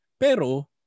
Pero